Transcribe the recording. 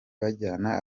bajyana